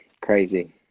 crazy